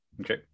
Okay